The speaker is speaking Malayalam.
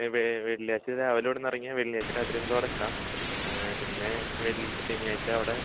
വെള്ളിയാഴ്ച രാവിലെ ഇവിടുന്നെറങ്ങിയ വെള്ളിയാഴ്ച രാത്രി നമ്മക്കവിടെ എത്താം പിന്നെ വെള് ശനിയാഴ്ച അവിടെ